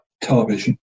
television